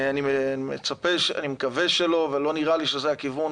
אני מקווה שלא, ולא נראה לי שזה הכיוון.